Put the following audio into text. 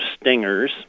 stingers